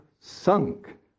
sunk